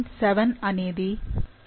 7 అనేది 3